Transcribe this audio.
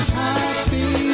happy